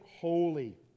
holy